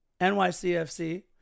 NYCFC